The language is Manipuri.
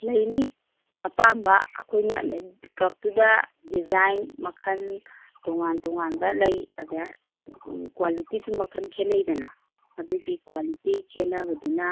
ꯂꯩꯅꯤ ꯑꯄꯥꯝꯕ ꯑꯩꯈꯣꯏꯅ ꯀꯞꯇꯨꯗ ꯗꯤꯖꯥꯏꯟ ꯃꯈꯟ ꯇꯣꯉꯥꯟ ꯇꯣꯉꯥꯟꯕ ꯂꯩ ꯑꯗ ꯑꯗꯨꯝ ꯀ꯭ꯋꯥꯂꯤꯇꯤꯁꯨ ꯃꯈꯟ ꯈꯦꯠꯅꯩꯗꯅ ꯑꯗꯨꯒꯤ ꯀ꯭ꯋꯥꯂꯤꯇꯤ ꯈꯦꯠꯅꯕꯗꯨꯅ